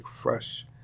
fresh